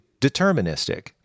deterministic